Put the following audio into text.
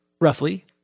roughly